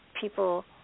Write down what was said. people